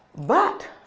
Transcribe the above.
but,